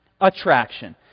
Attraction